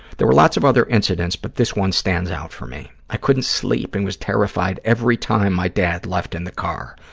there were lots of other incidents, but this one stands out for me. i couldn't sleep and was terrified every time my dad left in the car.